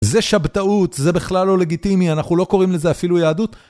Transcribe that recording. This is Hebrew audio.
זה שבתאות, זה בכלל לא לגיטימי, אנחנו לא קוראים לזה אפילו יהדות.